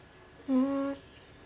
mm